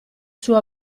suo